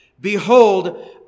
Behold